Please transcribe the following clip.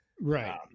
Right